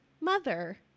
mother